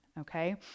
okay